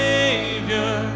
Savior